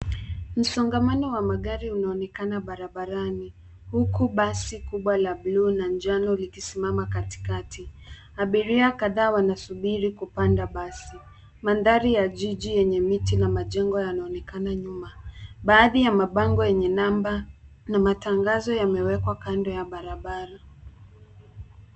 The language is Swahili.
Msongamano wa magari unaonekana barabarani huku basi kubwa la bluu na njano likisimama katikati. Abiria kadhaa wanasubiri kupanda basi. Mandhari ya jiji yenye miti na majengo yanayoonekana nyuma. Baadhi ya mabango yenye namba na matangazo yamewekwa kando ya barabara.